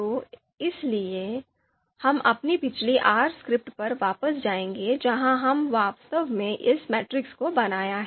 तो इसके लिए हम अपनी पिछली R स्क्रिप्ट पर वापस जाएंगे जहाँ हमने वास्तव में इस मैट्रिक्स को बनाया है